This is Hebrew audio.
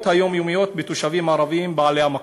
היומיומיות בתושבים ערבים בעלי המקום.